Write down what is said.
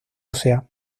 ósea